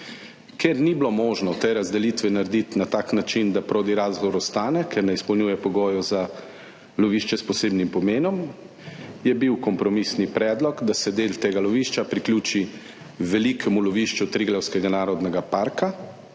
Ker ni bilo možno te razdelitve narediti na tak način, da Prodi Razor ostane, ker ne izpolnjuje pogojev za lovišče s posebnim pomenom, je bil kompromisni predlog, da se del tega lovišča priključi velikemu lovišču Triglavskega narodnega parka,